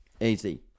Easy